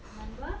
remember